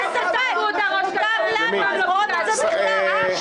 היועץ המשפטי נותן לו את הסמכות למנוע דיון על שינוי נוהל.